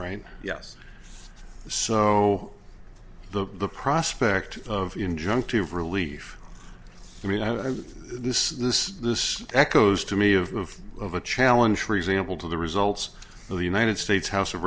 right yes so the prospect of injunctive relief i mean i've this this this echoes to me of of a challenge for example to the results of the united states house of